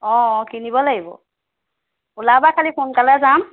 অঁ অঁ কিনিব লাগিব ওলাবা খালি সোনকালে যাম